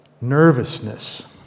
nervousness